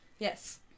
Yes